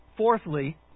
Fourthly